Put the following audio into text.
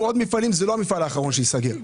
עוד מפעלים וזה לא המפעל האחרון שייסגר.